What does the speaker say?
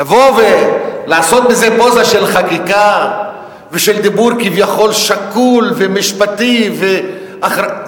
לבוא ולעשות מזה פוזה של חקיקה ושל דיבור כביכול שקול ומשפטי ואחראי,